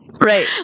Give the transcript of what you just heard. Right